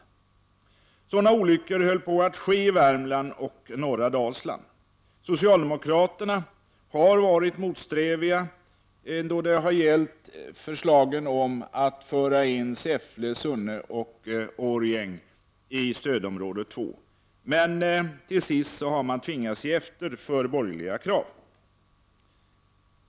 Sådana olyckor höll på att ske i Värmland och i norra Dalsland. Socialdemokraterna har varit motsträviga då det gällt förslagen om att föra in Säffle, Sunne och Årjäng i stödområde 2, men till sist har man tvingats ge efter för borgerliga krav.